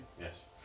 Yes